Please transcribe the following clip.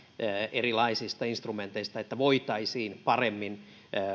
erilaisista instrumenteista niin että voitaisiin paremmin